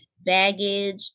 baggage